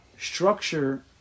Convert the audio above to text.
structure